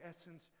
essence